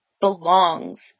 belongs